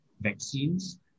vaccines